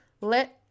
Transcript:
let